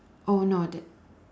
oh no that